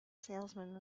salesman